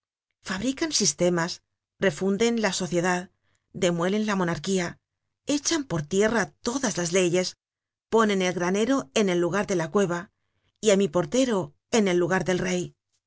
fabrican sistemas refunden la sociedad demuelen la monarquía echan por tierra todas las leyes ponen el granero en el lugar de la cueva y á mi portero en el lugar del rey